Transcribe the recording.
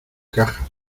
cajas